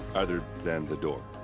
other. than the door.